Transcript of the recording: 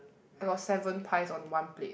I got seven pies on one plate